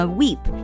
weep